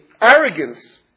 arrogance